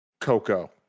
Coco